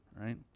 right